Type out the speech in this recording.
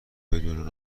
بدون